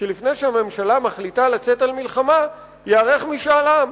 שלפני שהממשלה מחליטה לצאת למלחמה, ייערך משאל עם,